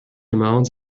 amounts